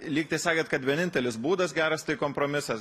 lyg tai sakėt kad vienintelis būdas geras tai kompromisas